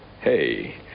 Hey